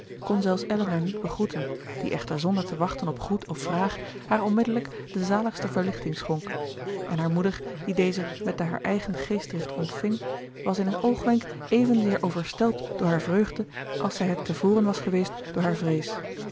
kon zelfs elinor niet begroeten die echter zonder te wachten op groet of vraag haar onmiddellijk de zaligste verlichting schonk en haar moeder die deze met de haar eigen geestdrift ontving was in een oogwenk evenzeer overstelpt door haar vreugde als zij het te voren was geweest door hare vrees